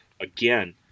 again